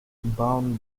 bound